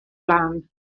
lan